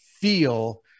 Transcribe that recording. feel